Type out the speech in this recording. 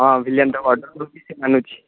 ହଁ ଅର୍ଡ଼ର୍ ବି ସେ ମାନୁଛି